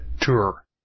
tour